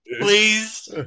Please